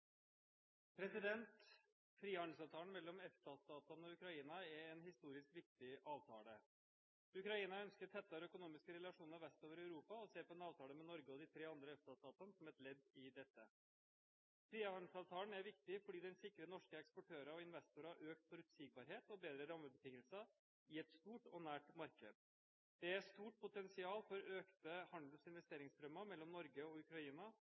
en historisk viktig avtale. Ukraina ønsker tettere økonomiske relasjoner vestover i Europa og ser på en avtale med Norge og de tre andre EFTA-statene som et ledd i dette. Frihandelsavtalen er viktig fordi den sikrer norske eksportører og investorer økt forutsigbarhet og bedre rammebetingelser i et stort og nært marked. Det er et stort potensial for økte handels- og investeringsstrømmer mellom Norge og Ukraina.